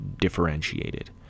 differentiated